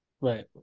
Right